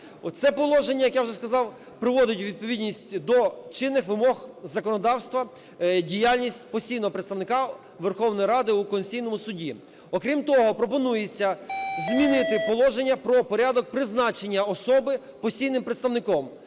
Це положення, як я вже сказав, приводить у відповідність до чинних вимог законодавства діяльність постійного представника Верховної Ради у Конституційному Суді. Окрім того, пропонується змінити положення про порядок призначення особи постійним представником.